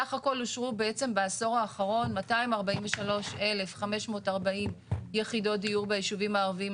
סך הכל אושרו בעשור האחרון 243,540 יחידות דיור בישובים הערבים,